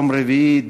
יום רביעי,